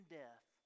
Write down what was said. death